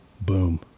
Boom